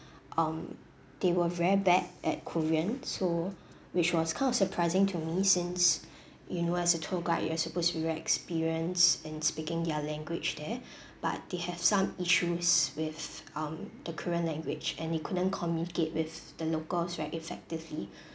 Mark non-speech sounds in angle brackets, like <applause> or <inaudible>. um they were very bad at korean so which was kind of surprising to me since <breath> you know as a tour guide you are supposed to be very experienced in speaking their language there but they have some issues with um the korean language and he couldn't communicate with the locals very effectively <breath>